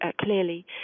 clearly